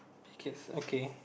okay